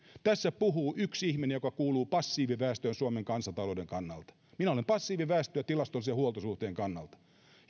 tässä puhuu yksi ihminen joka kuuluu passiiviväestöön suomen kansantalouden kannalta minä olen passiiviväestöä tilastollisen huoltosuhteen kannalta